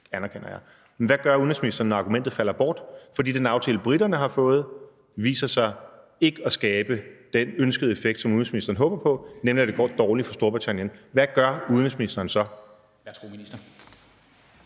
anerkender jeg. Men hvad gør udenrigsministeren, når argumentet falder bort, fordi den aftale, briterne har fået, viser sig ikke at skabe den effekt, som udenrigsministeren håber på, nemlig at det går dårligt for Storbritannien? Hvad gør udenrigsministeren så?